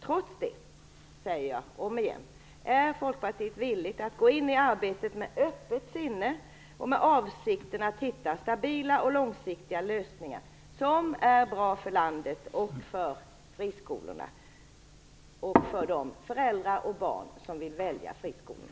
Trots det är Folkpartiet villigt att gå in i arbetet med öppet sinne och avsikten att hitta stabila och långsiktiga lösningar som är bra för landet, för friskolorna och för de föräldrar och barn som vill välja friskolorna.